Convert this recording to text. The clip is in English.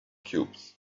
cubes